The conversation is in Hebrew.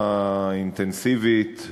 האינטנסיבית,